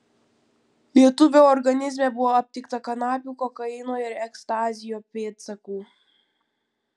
lietuvio organizme buvo aptikta kanapių kokaino ir ekstazio pėdsakų